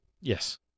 Yes